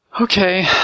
Okay